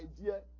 idea